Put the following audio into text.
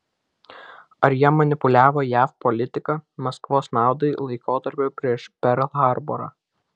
ar jie manipuliavo jav politika maskvos naudai laikotarpiu prieš perl harborą